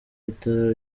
itara